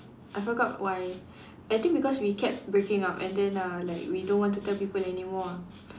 I forgot why I think because we kept breaking up and then uh like we don't want to tell people anymore ah